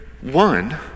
one